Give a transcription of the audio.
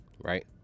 right